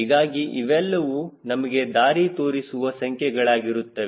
ಹೀಗಾಗಿ ಇವೆಲ್ಲವೂ ನಮಗೆ ದಾರಿ ತೋರಿಸುವ ಸಂಖ್ಯೆಗಳಾಗಿರುತ್ತವೆ